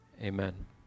Amen